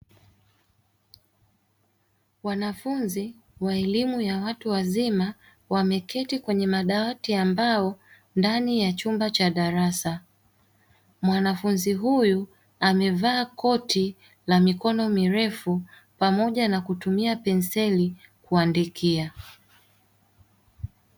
Wanafunzi wa elimu ya watu wazima wameketi kwenye madawati ya mbao ndani ya chumba cha darasa, mwanafunzi huyu amevaa koti la mikono mirefu pamoja na kutumia penseli kuandikia.